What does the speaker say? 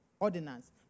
ordinance